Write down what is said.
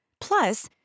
Plus